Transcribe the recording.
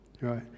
right